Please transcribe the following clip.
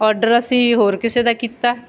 order ਅਸੀਂ ਹੋਰ ਕਿਸੇ ਦਾ ਕੀਤਾ